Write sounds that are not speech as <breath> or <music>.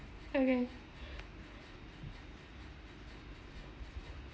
okay <breath>